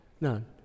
None